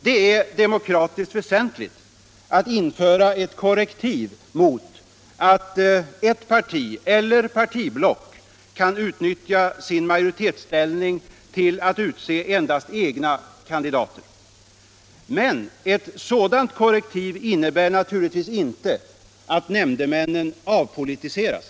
Det är demokratiskt väsentligt att införa ett korrektiv mot att ett parti eller partiblock kan utnyttja sin majoritetsställning till att utse endast egna kandidater. Men ett sådant korrektiv innebär naturligtvis inte att nämndemännen avpolitiseras.